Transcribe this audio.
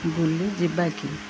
ବୁଲି ଯିବାକି